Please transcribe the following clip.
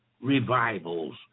revivals